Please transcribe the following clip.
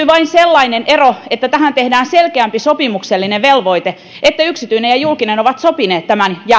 vain sellainen ero että tähän tehdään selkeämpi sopimuksellinen velvoite että yksityinen ja julkinen ovat sopineet tämän